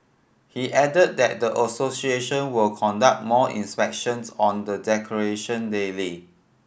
he added that the association will conduct more inspections on the decoration daily